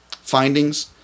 findings